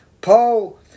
Paul